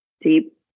deep